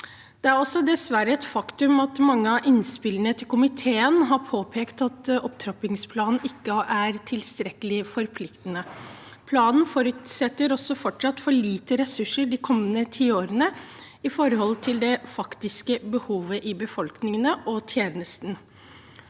Det er dessverre et faktum at mange av innspillene til komiteen har påpekt at opptrappingsplanen ikke er tilstrekkelig forpliktende. Planen forutsetter fortsatt for lite ressurser de kommende ti årene i forhold til det faktiske behovet i befolkningen og tjenesten.